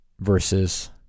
versus